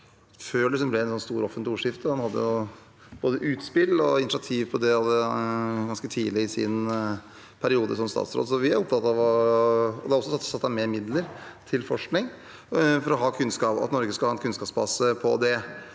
før det ble et stort offentlig ordskifte. Han hadde både utspill og initiativ om det ganske tidlig i sin periode som statsråd, og det er også satt av mer midler til forskning for at Norge skal ha en kunnskapsbase for det.